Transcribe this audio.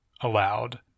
allowed